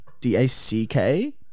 D-A-C-K